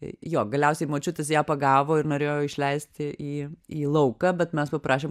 jo galiausiai močiutės ją pagavo ir norėjo išleisti į į lauką bet mes paprašėm